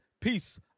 peace